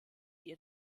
die